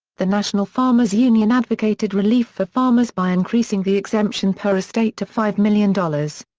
the national farmers union advocated relief for farmers by increasing the exemption per estate to five million dollars.